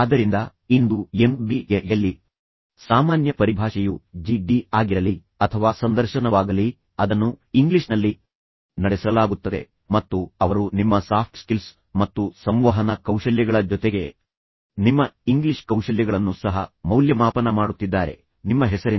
ಆದ್ದರಿಂದ ಇಂದು ಎಂಬಿಎಯಲ್ಲಿ ಸಾಮಾನ್ಯ ಪರಿಭಾಷೆಯು ಜಿಡಿ ಆಗಿರಲಿ ಅಥವಾ ಸಂದರ್ಶನವಾಗಲಿ ಅದನ್ನು ಇಂಗ್ಲಿಷ್ನಲ್ಲಿ ನಡೆಸಲಾಗುತ್ತದೆ ಮತ್ತು ಅವರು ನಿಮ್ಮ ಸಾಫ್ಟ್ ಸ್ಕಿಲ್ಸ್ ಮತ್ತು ಸಂವಹನ ಕೌಶಲ್ಯಗಳ ಜೊತೆಗೆ ನಿಮ್ಮ ಇಂಗ್ಲಿಷ್ ಕೌಶಲ್ಯಗಳನ್ನು ಸಹ ಮೌಲ್ಯಮಾಪನ ಮಾಡುತ್ತಿದ್ದಾರೆ ಮತ್ತು ಇದು ನೀವು ಕಳುಹಿಸಿದ ಪತ್ರವಾಗಿದೆ